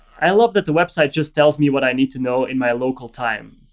i love that the website just tells me what i need to know in my local time.